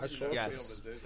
Yes